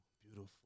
beautiful